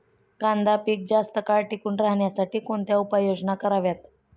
कांदा पीक जास्त काळ टिकून राहण्यासाठी कोणत्या उपाययोजना कराव्यात?